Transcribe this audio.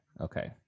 Okay